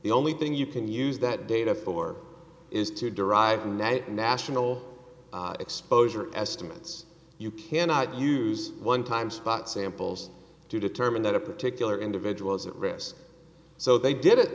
the only thing you can use that data for is to derive night national exposure estimates you cannot use one time spot samples to determine that a particular individual is at risk so they did it